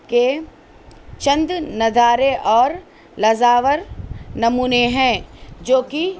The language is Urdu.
کے چند نظارے اور لزاور نمونے ہیں جو کہ